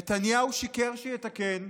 נתניהו שיקר שיתקן,